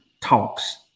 talks